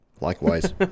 likewise